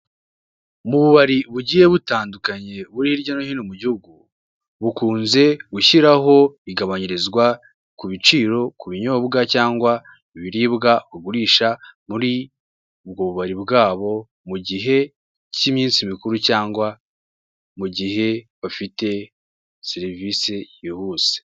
Mu bubari bugiye butandukanye bwo hirya no hino mu gihugu, bukunze gushyiraho igabanyirizwa ku biciro, ku binyobwa cyangwa ibiribwa bugurisha muri ubwo bubari bwabo, mu gihe k'iminsi mikuru cyangwa mu gihe bafite serivise yihuse.